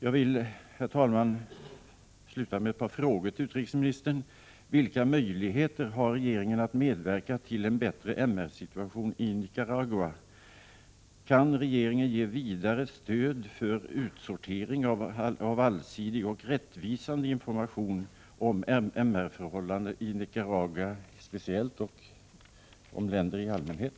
Jag vill avsluta med ett par frågor till utrikesministern: Vilka möjligheter har regeringen att medverka till en bättre situation beträffande de mänskliga rättigheterna i Nicaragua? Kan regeringen ge vidare stöd för utsortering av allsidig och rättvisande information om förhållandena avseende de mänskliga rättigheterna i Nicaragua och i andra länder?